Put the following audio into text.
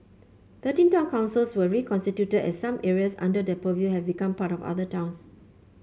thirteen town councils were reconstituted as some areas under their purview have become part of other towns